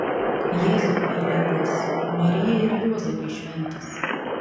jėzau meilingas marija ir juozapai šventas